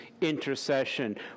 intercession